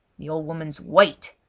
the old woman's wait!